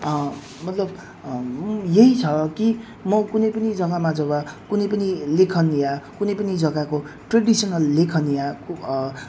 मतलब यही छ कि म कुनै पनि जग्गामा जब कुनै पनि लेखन या कुनै पनि जग्गाको ट्रेडिसनल लेखन या